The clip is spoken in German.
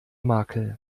makel